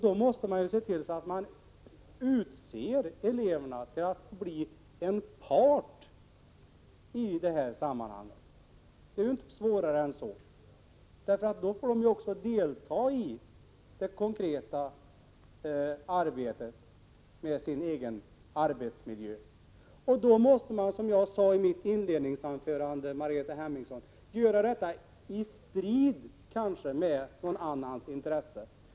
Då måste man också få eleverna att bli delaktiga i detta sammanhang. Svårare än så är det inte. Eleverna får då delta i det konkreta arbetet med den egna arbetsmiljön. Detta måste kanske göras i strid med någon annans intresse, som jag sade i mitt inledningsanförande.